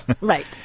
right